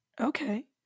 Okay